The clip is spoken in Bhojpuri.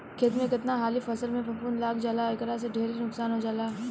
खेत में कतना हाली फसल में फफूंद लाग जाला एकरा से ढेरे नुकसान हो जाला